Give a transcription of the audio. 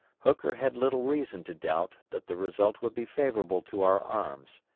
hooker had little reason to doubt that the result would be favorable to our arms.